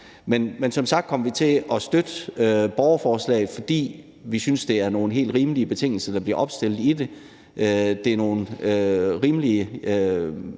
Men som sagt kommer vi til at støtte borgerforslaget, fordi vi synes, det er nogle helt rimelige betingelser, der bliver opstillet i det. Det er nogle rimelige